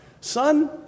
son